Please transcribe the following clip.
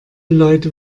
leute